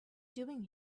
doing